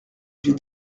j’ai